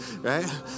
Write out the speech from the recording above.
right